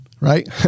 right